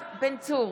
צור,